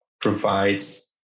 provides